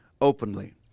openly